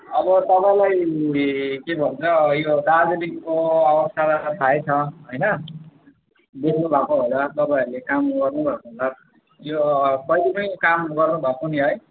अब तपाईँलाई के भन्छ यो दार्जिलिङको अवस्थालाई थाह छ होइन देख्नु भएको होला तपाईँहरूले काम गर्नु भएको होला यो पहिला पनि काम गर्नु भएको नि है